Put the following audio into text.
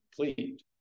complete